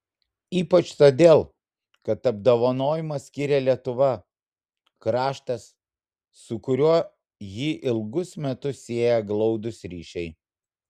ypač todėl kad apdovanojimą skyrė lietuva kraštas su kuriuo jį ilgus metus sieja glaudūs ryšiai